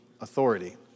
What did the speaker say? authority